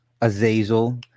Azazel